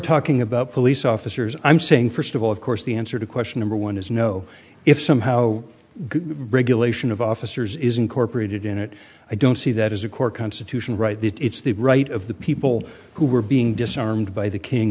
talking about police officers i'm saying first of all of course the answer to question number one is no if somehow good regulation of officers is incorporated in it i don't see that as a core constitutional right that it's the right of the people who were being disarmed by the king